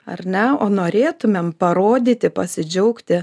ar ne o norėtumėm parodyti pasidžiaugti